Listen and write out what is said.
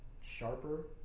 sharper